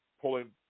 pulling